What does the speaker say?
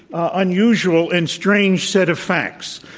unusual, and strange set of facts.